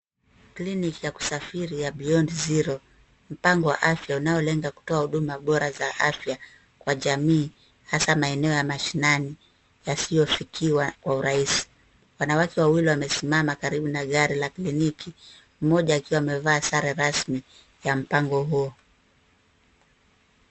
Clinic ya kusafiri ya Beyond Zero, mpango wa afya unaolenga kutoa huduma bora za afya kwa jamii, haswa maeneo ya mashinani, yasiyofikiwa kwa urahisi. Wanawake wawili wamesimama karibu na gari la kliniki, mmoja akiwa amevaa sare rasmi ya mpango huu.